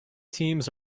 teams